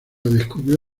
descubrió